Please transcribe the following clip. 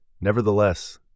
Nevertheless